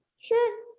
sure